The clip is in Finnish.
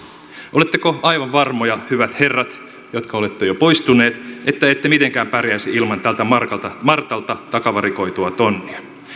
oletteko aivan varmoja hyvät herrat jotka olette jo poistuneet että ette mitenkään pärjäisi ilman tältä martalta martalta takavarikoitua tonnia